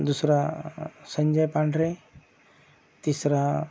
दुसरा संजय पांढरे तिसरा